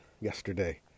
yesterday